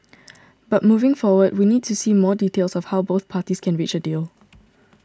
but moving forward we need to see more details of how both parties can reach a deal